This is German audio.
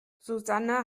susanne